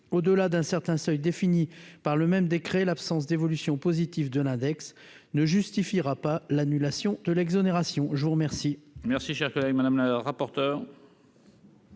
au delà d'un certain seuil défini par le même décret l'absence d'évolution positive de l'index ne justifiera pas l'annulation de l'exonération je vous remercie.